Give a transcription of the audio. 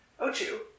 Ochu